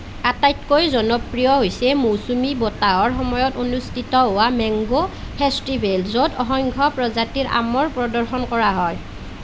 আটাইতকৈ জনপ্ৰিয় হৈছে মৌচুমী বতাহৰ সময়ত অনুষ্ঠিত হোৱা মেংগ' ফেষ্টিভেল য'ত অসংখ্য প্ৰজাতিৰ আমৰ প্ৰদৰ্শন কৰা হয়